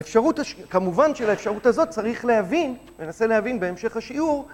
אפשרות, כמובן שלאפשרות הזאת צריך להבין, וננסה להבין בהמשך השיעור